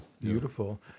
Beautiful